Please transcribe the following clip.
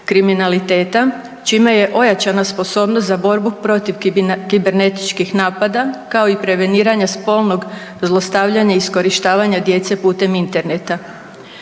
kriminaliteta, čime je ojačana sposobnost za borbu protiv kibernetičkih napada, kao i preveniranja spolnog zlostavljanja i iskorištavanja djece putem interneta.